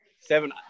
seven